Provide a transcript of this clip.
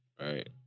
Right